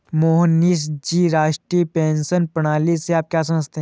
मोहनीश जी, राष्ट्रीय पेंशन प्रणाली से आप क्या समझते है?